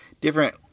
different